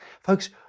Folks